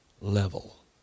level